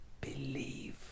believe